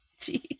Jeez